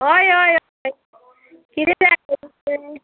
हय हय हय कितें जाय आसलें तुमगेर